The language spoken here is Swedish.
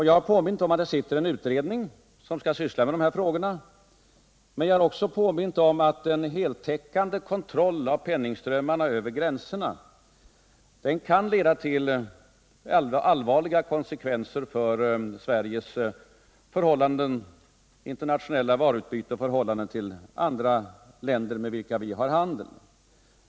Jag har påmint om att det sitter en utredning som skall syssla med de här problemen, men jag har också erinrat om att en heltäckande kontroll av penningströmmarna över gränserna kan få allvarliga konsekvenser för Sveriges internationella varuutbyte, för vårt förhållande till andra länder med vilka vi har handel.